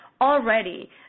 already